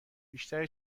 بیشتر